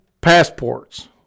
passports